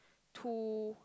two